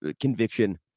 conviction